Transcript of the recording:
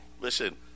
listen